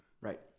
Right